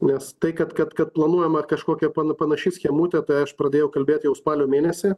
nes tai kad kad kad planuojama kažkokia pana panaši schemutė tai aš pradėjau kalbėt jau spalio mėnesį